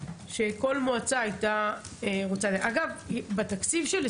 יש בקשה להרחבה.